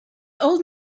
old